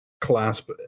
clasp